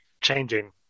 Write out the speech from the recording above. changing